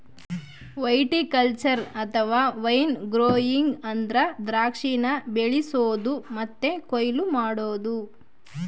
viticulture ಅಥವಾ wine growing ಅಂದ್ರ ದ್ರಾಕ್ಷಿನ ಬೆಳಿಸೊದು ಮತ್ತೆ ಕೊಯ್ಲು ಮಾಡೊದು